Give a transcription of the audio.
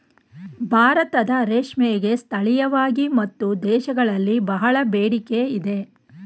ಭಾರತದ ರೇಷ್ಮೆಗೆ ಸ್ಥಳೀಯವಾಗಿ ಮತ್ತು ದೇಶಗಳಲ್ಲಿ ಬಹಳ ಬೇಡಿಕೆ ಇದೆ